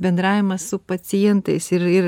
bendravimas su pacientais ir ir